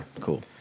Cool